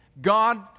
God